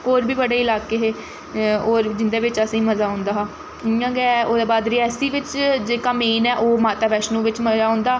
होर बी बड़े इलाके हे होर जिं'दे बिच्च असें गी मजा औंदा हा इ'यां गै औह्दे बाद रियासी बिच्च जेह्का मेन ऐ ओह् माता वैष्णो बिच्च मजा औंदा